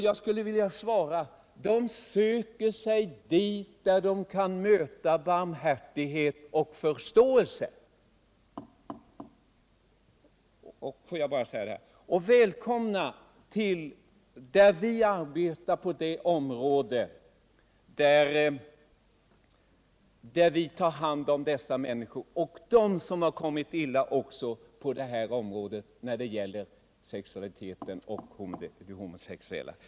Jag skulle vilja svara: De söker sig dit där de kan möta barmhärtighet och förståelse. Välkomna till oss där vi arbetar på vårt område för att ta hand om dessa människor, även de människor som råkat illa ut på det sexuella området, t.ex. de homosexuella.